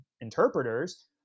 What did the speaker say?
interpreters